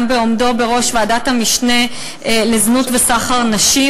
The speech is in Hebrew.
גם בעומדו בראש ועדת המשנה למאבק בזנות ובסחר בנשים,